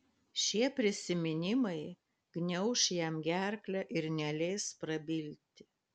šie prisiminimai gniauš jam gerklę ir neleis prabilti